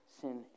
sin